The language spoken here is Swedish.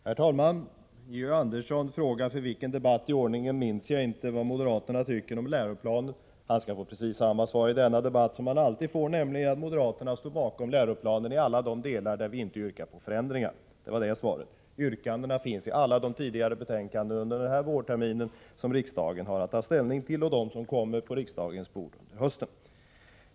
Herr talman! Georg Andersson frågar — för vilken debatt i ordningen kan jag inte minnas — vad moderaterna tycker om lärarutbildningen. Han skall få precis samma svar i denna debatt som han alltid får, nämligen att moderaterna står bakom läroplanen i alla de delar där vi inte yrkar på förändringar. Yrkandena finns i alla tidigare betänkanden som riksdagen under denna vårsession har att ta ställning till och dem som kommer på riksdagens bord under hösten.